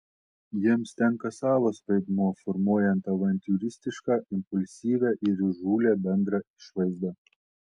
jiems tenka savas vaidmuo formuojant avantiūristišką impulsyvią ir įžūlią bendrą išvaizdą